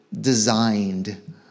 designed